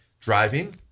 driving